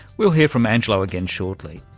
we'll hear from angelo again shortly.